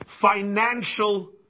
financial